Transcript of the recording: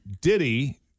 Diddy